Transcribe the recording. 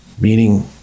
Meaning